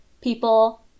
people